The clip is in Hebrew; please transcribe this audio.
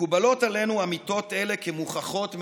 מקובלות עלינו אמיתות אלה כמוכחות מאליהן,